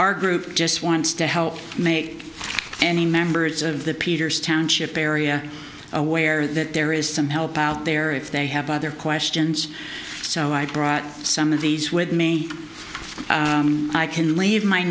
our group just wants to help make any members of the peters township area aware that there is some help out there if they have other questions so i brought some of these with me i can leave my